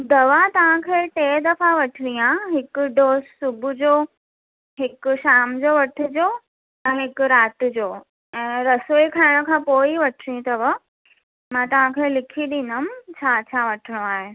दवा तव्हांखे टे दफ़ा वठणी आहे हिकु डोस सुबुह जो हिकु शाम जो वठजो ऐं हिकु राति जो ऐं रसोई खाइण खां पोइ ई वठणी अथव मां तव्हांखे लिखी ॾिंदमि छा छा वठणो आहे